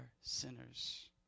sinners